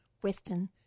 Western